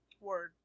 Word